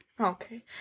okay